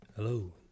Hello